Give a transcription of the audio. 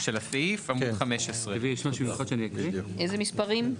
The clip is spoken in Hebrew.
עמוד 15. אילו מספרים?